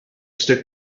stuk